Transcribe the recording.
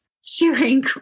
sharing